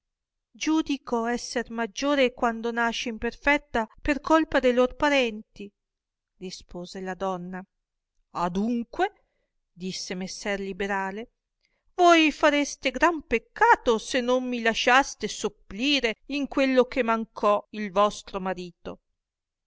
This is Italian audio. giudico esser maggiore quando nasce imperfetta per colpa de lor parenti rispose la donna adunque disse messer liberale voi fareste gran peccato se non mi lasciaste sopplire in quello che mancò il vostro marito